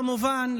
כמובן,